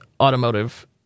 automotive